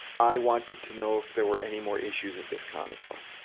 i wanted to know if there were any more issues of this comic book.